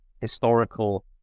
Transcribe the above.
historical